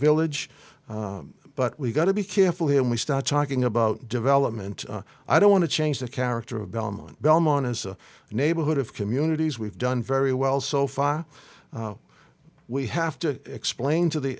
village but we've got to be careful here we start talking about development i don't want to change the character of belmont belmont as a neighborhood of communities we've done very well so far we have to explain to the